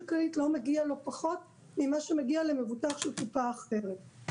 כללית לא מגיע פחות ממה שמגיע למבוטח של קופה אחרת.